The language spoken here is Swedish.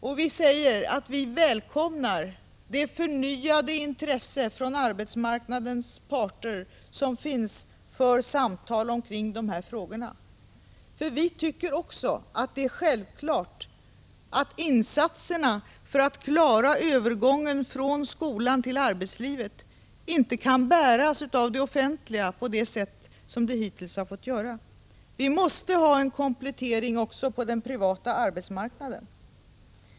Och vi säger att vi välkomnar det förnyade intresset från arbetsmarknadens parter för samtal kring dessa frågor. Vi tycker också att det är självklart att insatserna för att klara övergången från skolan till arbetslivet inte kan bäras av det offentliga på det sätt som det hittills fått göra. Vi måste få en komplettering på den privata arbetsmarknaden.